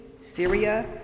Syria